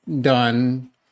done